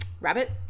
rabbit